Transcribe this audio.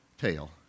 tail